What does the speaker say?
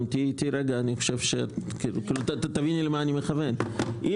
תהיי איתי ואני חושב שתביני למה אני מכוון - אני